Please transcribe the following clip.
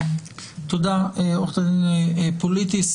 תודה, עורכת הדין פוליטיס.